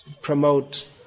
Promote